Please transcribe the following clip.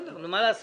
נו, מה לעשות?